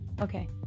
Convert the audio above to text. okay